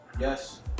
yes